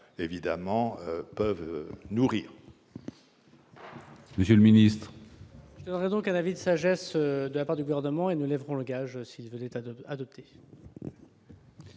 évidemment peuvent nourrir.